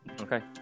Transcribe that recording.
Okay